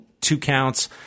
two-counts